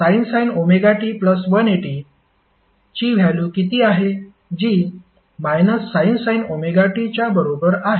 sin ωt180 ची value किती आहे जी sin ωt च्या बरोबर आहे